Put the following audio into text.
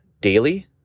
daily